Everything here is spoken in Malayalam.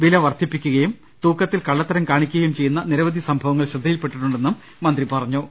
വില വർധിപ്പിക്കുകയും തൂക്കത്തിൽ കള്ളത്തരം കാണിക്കുകയും ചെയ്യുന്ന നിരവധി സംഭവങ്ങൾ ശ്രദ്ധയിൽപ്പെട്ടിട്ടുണ്ടെന്നും മന്ത്രി പറഞ്ഞു